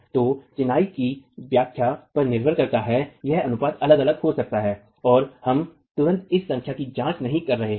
तो चिनाई कि व्याख्या पर निर्भर करता है यह अनुपात अलग अलग हो सकता है और हम तुरंत इस संख्या की जांच नहीं कर रहे हैं